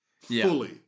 Fully